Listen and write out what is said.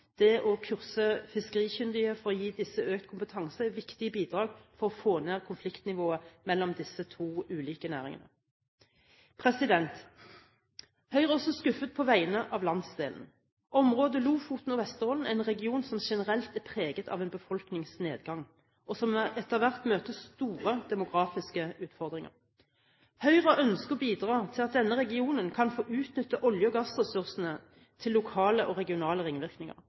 ved å kurse fiskerikyndige for å gi disse økt kompetanse, viktige bidrag for å få ned konfliktnivået mellom disse to ulike næringene. Høyre er også skuffet på vegne av landsdelen. Området Lofoten og Vesterålen er en region som generelt er preget av en befolkningsnedgang, og som etter hvert møter store demografiske utfordringer. Høyre ønsker å bidra til at denne regionen kan få utnytte olje- og gassressursene til lokale og regionale ringvirkninger.